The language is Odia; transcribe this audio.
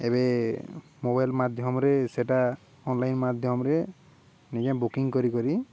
ଏବେ ମୋବାଇଲ ମାଧ୍ୟମରେ ସେଇଟା ଅନ୍ଲାଇନ୍ ମାଧ୍ୟମରେ ନିଜେ ବୁକିଂ କରିିକରି